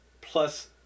plus